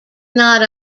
not